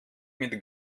mit